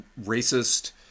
racist